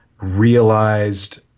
realized